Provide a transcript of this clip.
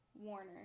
Warner